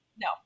no